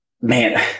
man